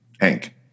Hank